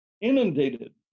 inundated